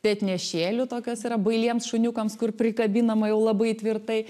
petnešėlių tokios yra bailiems šuniukams kur prikabinama jau labai tvirtai